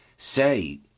say